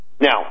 Now